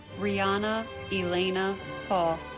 riana elena ah